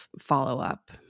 follow-up